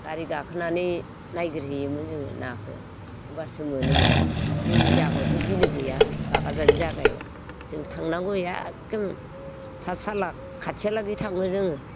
गारि गाखोनानै नागिरहैयोमोन जोङो नाखो होमबासो मोनोमोन जोंनि जागायावथ' बिलो गैया बागाजानि जागायाव जों थानांगौ एकके पातसाला खाथिहालागै थाङो जोङो